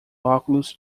óculos